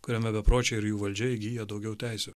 kuriame bepročiai ir jų valdžia įgyja daugiau teisių